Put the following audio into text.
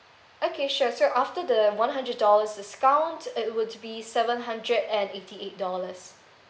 okay sure so after the one hundred dollars discount it would be seven hundred and eighty eight dollars